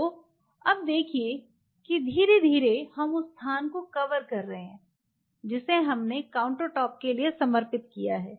तो अब देखिए कि धीरे धीरे हम उस स्थान को कवर कर रहे हैं जिसे हमने काउंटरटॉप के लिए समर्पित किया है